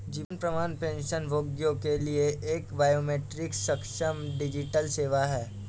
जीवन प्रमाण पेंशनभोगियों के लिए एक बायोमेट्रिक सक्षम डिजिटल सेवा है